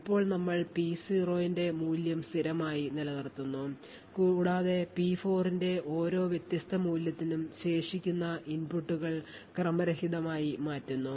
ഇപ്പോൾ നമ്മൾ P0 ന്റെ മൂല്യം സ്ഥിരമായി നിലനിർത്തുന്നു കൂടാതെ P4 ന്റെ ഓരോ വ്യത്യസ്ത മൂല്യത്തിനും ശേഷിക്കുന്ന ഇൻപുട്ടുകൾ ക്രമരഹിതമായി മാറ്റുന്നു